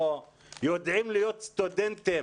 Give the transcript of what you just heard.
אנחנו יודעים להיות סטודנטים